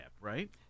right